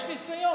יש ניסיון.